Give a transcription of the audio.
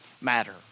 matter